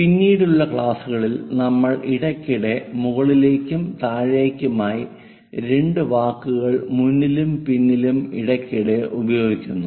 പിന്നീടുള്ള ക്ലാസുകളിൽ നമ്മൾ ഇടയ്ക്കിടെ മുകളിലേക്കും താഴെയുമായി രണ്ട് വാക്കുകൾ മുന്നിലും പിന്നിലും ഇടയ്ക്കിടെ ഉപയോഗിക്കുന്നു